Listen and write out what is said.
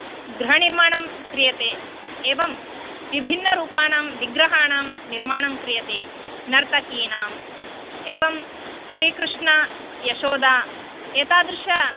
गृहनिर्माणं क्रियते एवं विभिन्नरूपाणां विग्रहाणां निर्माणं क्रियते नर्तकीनाम् एवं श्रीकृष्णयशोदा एतादृश